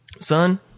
Son